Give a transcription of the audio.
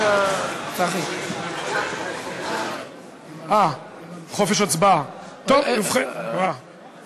הצעת החוק הזו נולדה לאחר שקיבלתי הרבה מאוד פניות מאנשים לא דתיים.